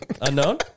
Unknown